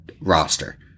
roster